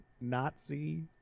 nazi